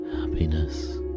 happiness